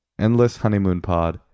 endlesshoneymoonpod